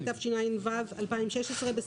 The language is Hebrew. התשע"ו 2016‏,